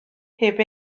heb